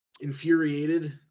Infuriated